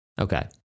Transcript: Okay